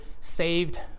saved